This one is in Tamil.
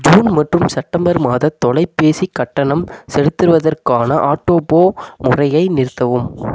ஜூன் மற்றும் செப்டம்பர் மாத தொலைபேசிக் கட்டணம் செலுத்துவதற்கான ஆட்டோ போ முறையை நிறுத்தவும்